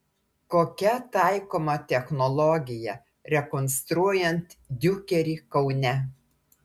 kokia taikoma technologija rekonstruojant diukerį kaune